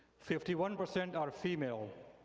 fifty one percent are female.